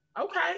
okay